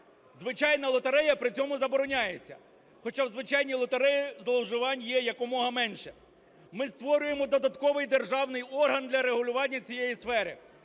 Звичайна лотерея при цьому забороняється Хоча в звичайній лотереї зловживань є якомога менше. Ми створюємо додатковий державний орган для регулювання цієї сфери.